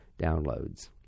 downloads